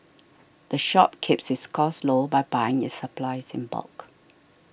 the shop keeps its costs low by buying its supplies in bulk